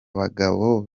bagabo